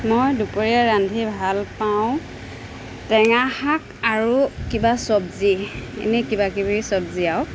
মই দুপৰীয়া ৰান্ধি ভালপাওঁ টেঙা শাক আৰু কিবা চবজি এনেই কিবাকিবি চবজি আৰু